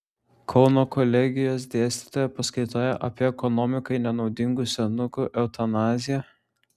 kauno kolegijos dėstytoja paskaitoje apie ekonomikai nenaudingų senukų eutanaziją